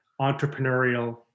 entrepreneurial